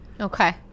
Okay